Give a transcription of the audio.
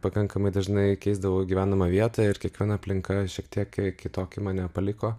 pakankamai dažnai keisdavau gyvenamą vietą ir kiekviena aplinka šiek tiek kitokį mane paliko